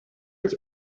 its